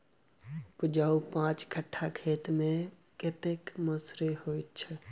उपजाउ पांच कट्ठा खेत मे कतेक मसूरी होइ छै?